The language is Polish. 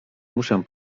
muszę